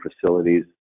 facilities